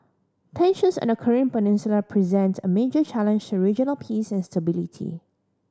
tensions on the Korean Peninsula present a major challenge to regional peace and stability